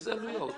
איזה עלויות?